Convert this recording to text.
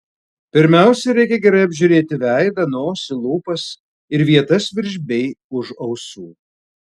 pirmiausia reikia gerai apžiūrėti veidą nosį lūpas ir vietas virš bei už ausų